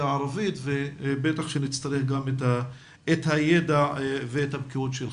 הערבית ובוודאי שנצטרך גם את הידע ואת הבקיאות שלך.